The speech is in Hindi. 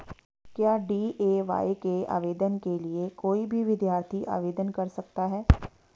क्या डी.ए.वाय के आवेदन के लिए कोई भी विद्यार्थी आवेदन कर सकता है?